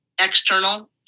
external